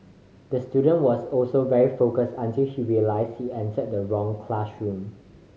the student was also very focused until he realised he entered the wrong classroom